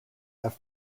have